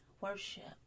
Worship